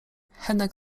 henek